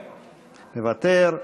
מוותר.